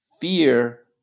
Fear